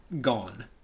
gone